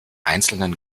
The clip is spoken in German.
einzelnen